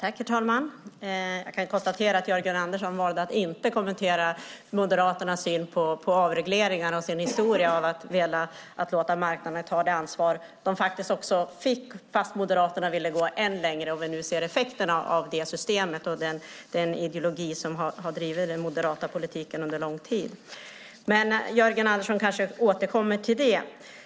Herr talman! Jag kan konstatera att Jörgen Andersson valde att inte kommentera Moderaternas syn på avregleringar och inte heller sin historia av att vilja låta marknaden ta det ansvar den faktiskt också fick. Men Moderaterna ville gå ännu längre. Vi ser nu effekterna av det systemet och av den ideologi som under lång tid drivit den moderata politiken. Jörgen Andersson återkommer kanske till det.